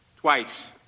Twice